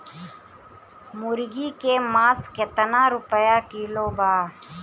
मुर्गी के मांस केतना रुपया किलो बा?